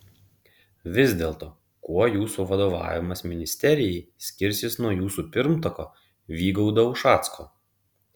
vis dėlto kuo jūsų vadovavimas ministerijai skirsis nuo jūsų pirmtako vygaudo ušacko